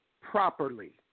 properly